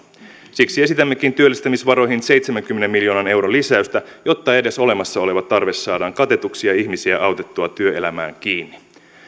siksi esitämmekin työllistämisvaroihin seitsemänkymmenen miljoonan euron lisäystä jotta edes olemassa oleva tarve saadaan katetuksi ja ihmisiä autettua työelämään kiinni